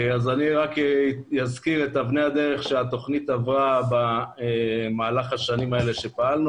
אני אזכיר את אבני הדרך שהתכנית עברה במהלך השנים האלה שפעלנו.